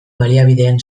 baliabideen